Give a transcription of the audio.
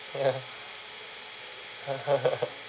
ya